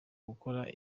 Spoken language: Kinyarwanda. gukora